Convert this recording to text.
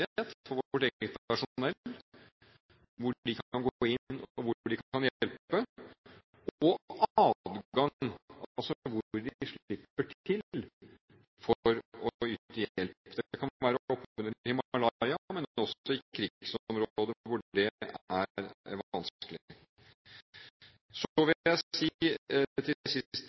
for vårt eget personell, hvor de kan gå inn, og hvor de kan hjelpe, og om adgang, altså hvor de slipper til for å yte hjelp. Det kan være oppunder Himalaya, men også i krigsområder hvor det er vanskelig. Så vil jeg si til sist